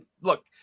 look